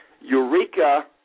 Eureka